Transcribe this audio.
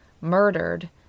murdered